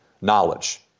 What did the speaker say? knowledge